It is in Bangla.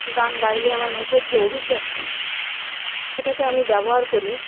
গান গাইলে আমার মুখের যে অভিব্যক্তি সেটাকে আমি ব্যবহার করি